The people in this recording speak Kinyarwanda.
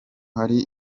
hari